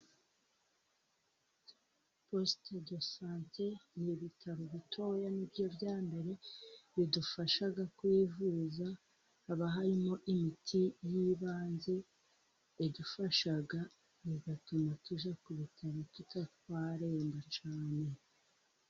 Posite do sante ni ibitaro bitoya, ni nibyo bya mbere bidufasha kwivuza, haba harimo imiti y'ibanze idufasha, bigatuma tujya ku bitaro tutari twaremba cyane.